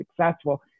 successful